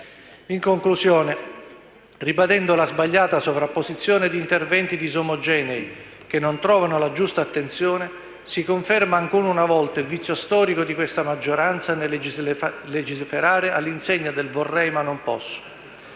In conclusione, ribadendo la sbagliata sovrapposizione di interventi disomogenei che non trovano la giusta attenzione, si conferma ancora una volta il vizio storico di questa maggioranza nel legiferare all'insegna del vorrei ma non posso.